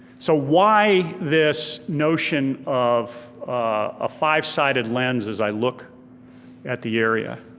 so why this notion of a five sided lens, as i look at the area?